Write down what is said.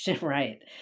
right